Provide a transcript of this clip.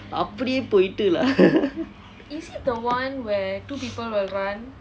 அப்படி போயிட்டு:appadi poittu lah